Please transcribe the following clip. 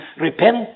Repent